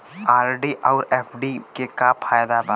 RD आउर FD के का फायदा बा?